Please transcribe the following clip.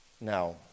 Now